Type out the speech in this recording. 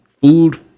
food